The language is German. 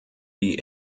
die